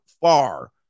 far